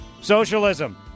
Socialism